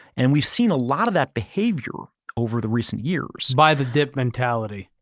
and we've seen a lot of that behavior over the recent years. by the dip mentality.